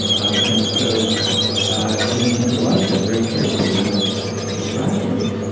um and so i had to watch that very carefully when i was describing it.